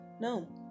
no